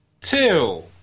two